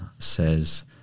says